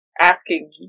asking